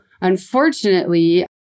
unfortunately